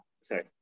sorry